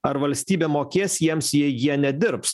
ar valstybė mokės jiems jei jie nedirbs